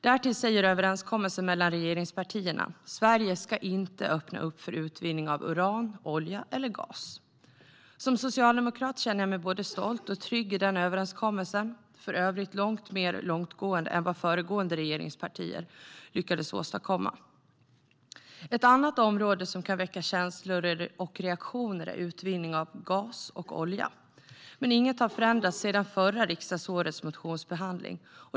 Därtill säger överenskommelsen mellan regeringspartierna att Sverige inte ska öppna upp för utvinning av uran, olja eller gas. Som socialdemokrat känner jag mig både stolt och trygg i den överenskommelsen, som för övrigt är långt mer långtgående än den som föregående regeringspartier lyckades åstadkomma. Ett annat område som kan väcka känslor och reaktioner är utvinning av gas och olja. Men inget har förändrats sedan förra riksdagsårets motionsbehandling.